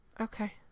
Okay